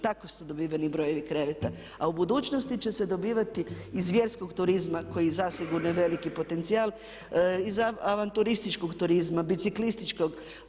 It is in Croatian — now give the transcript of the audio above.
Tako su dobiveni brojevi kreveta, a u budućnosti će se dobivati iz vjerskog turizma koji je zasigurno veliki potencijal, iz avanturističkog turizma, biciklističkog.